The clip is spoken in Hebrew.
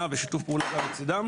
הפתרון לדבר הזה.